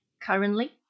currently